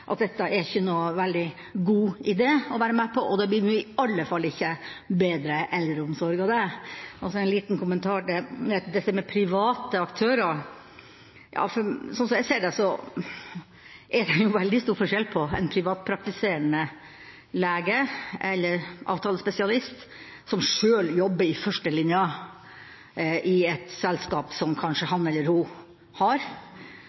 ikke bedre eldreomsorg av det. Så en liten kommentar til dette med private aktører. Slik jeg ser det, er det veldig stor forskjell på en privatpraktiserende lege eller avtalespesialist, som sjøl jobber i førstelinja i et selskap som kanskje han eller ho har,